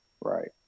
Right